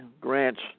grants